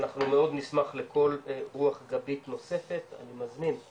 אנחנו מאוד נשמח לכל רוח גבית נוספת, אני מזמין את